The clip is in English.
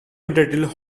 entitled